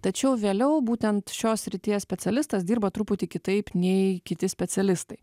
tačiau vėliau būtent šios srities specialistas dirba truputį kitaip nei kiti specialistai